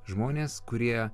žmonės kurie